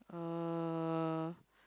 uh